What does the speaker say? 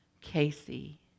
Casey